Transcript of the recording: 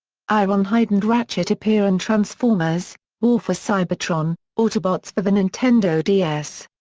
ironhide and ratchet appear in transformers war for cybertron autobots for the nintendo ds.